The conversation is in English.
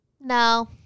no